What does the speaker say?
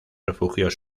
refugios